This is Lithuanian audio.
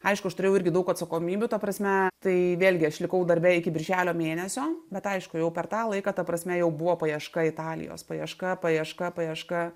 aišku aš turėjau irgi daug atsakomybių ta prasme tai vėlgi aš likau darbe iki birželio mėnesio bet aišku jau per tą laiką ta prasme jau buvo paieška italijos paieška paieška paieška